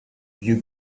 you